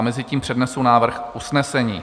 Mezitím přednesu návrh usnesení.